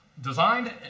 Designed